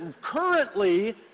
currently